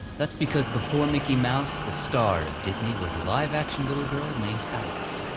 that's because before mickey mouse, the star of disney was a live-action little girl named alice,